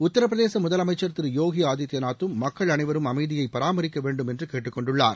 உத்தரப்பிரதேச முதலமைச்சர் திரு போகி ஆதித்யநாத்தும் மக்கள் அனைவரும் அமைதியை பராமரிக்க வேண்டும் என்று கேட்டுக்கொண்டுள்ளார்